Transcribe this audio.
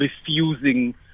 refusing